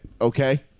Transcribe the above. Okay